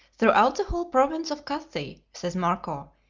throughout the whole province of cathay, says marco,